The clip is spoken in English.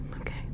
Okay